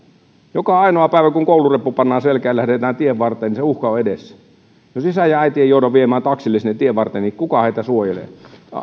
joka ainoa päivä kun koulureppu pannaan selkään ja lähdetään tien varteen se uhka on edessä jos isä tai äiti ei jouda viemään taksille sinne tien varteen niin kuka heitä suojelee